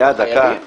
לא, לא, שנייה, דקה.